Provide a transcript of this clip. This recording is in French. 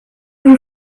vous